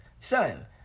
son